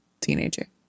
teenager